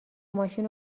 ماشین